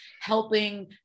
helping